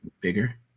bigger